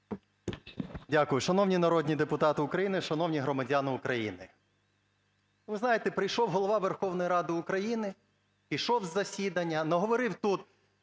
Дякую. Шановні народні депутати України, шановні громадяни України, ви знаєте, прийшов Голова Верховної Ради України, пішов з засідання, наговорив тут